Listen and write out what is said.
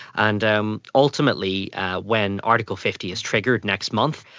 and um ultimately when article fifty is triggered next month,